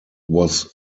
was